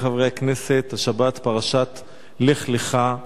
חברי חברי הכנסת, השבת פרשת "לך לך",